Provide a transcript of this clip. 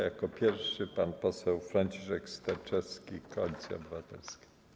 Jako pierwszy pan poseł Franciszek Sterczewski, Koalicja Obywatelska.